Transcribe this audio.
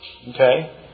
Okay